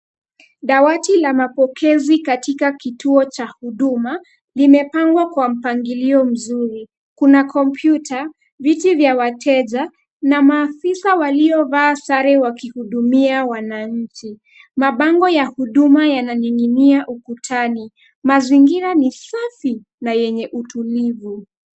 Dawati la mapokezi katika kituo cha huduma vimepangwa kwa mpangilio mzuri kuna kompyuta viti vya wateja na maafisa waliovaa sare waki hudumia wananchi. Mabango ya huduma yana ning'inia ukutani, mazingira ni safi na yenye utulivu.